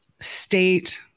state